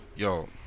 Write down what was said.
Yo